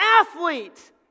athlete